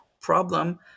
problem